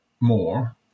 more